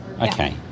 okay